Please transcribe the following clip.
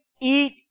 eat